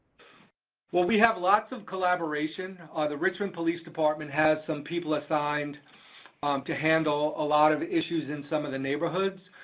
well we have lots of collaboration. the richmond police department has some people assigned um to handle a lot of issues in some of the neighborhoods,